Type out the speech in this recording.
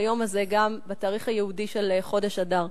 היום הזה גם בתאריך היהודי של חודש אדר.